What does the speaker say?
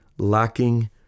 lacking